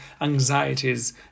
anxieties